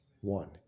one